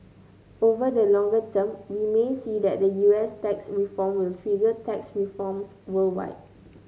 over the longer term we may see that the U S tax reform will trigger tax reforms worldwide